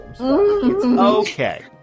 Okay